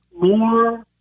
More